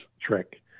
trick